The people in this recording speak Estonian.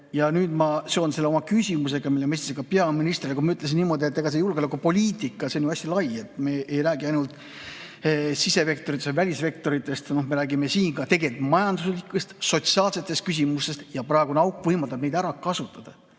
Nüüd ma seon selle oma küsimusega, mille ma esitasin ka peaministrile. Ma ütlesin niimoodi, et julgeolekupoliitika on hästi lai, me ei räägi ainult sisevektoritest või välisvektoritest, me räägime siin tegelikult ka majanduslikest, sotsiaalsetest küsimustest. Praegune auk võimaldab neid ära kasutada.